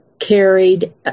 carried